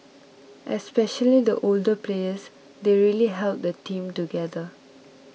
especially the older players they really held the team together